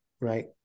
Right